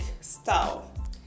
style